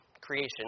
creation